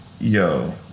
yo